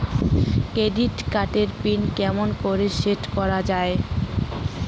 Credit card এর PIN কেমন করি সেট করা য়ায়?